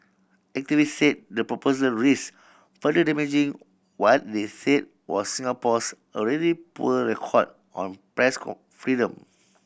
activists said the proposal risked further damaging what they said was Singapore's already poor record on press freedom